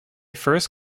first